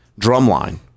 drumline